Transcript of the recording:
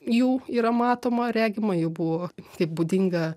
jų yra matoma regima jų buvo kaip būdinga